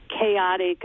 chaotic